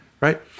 right